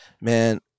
Man